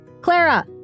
Clara